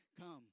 come